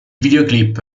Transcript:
videoclip